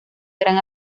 gran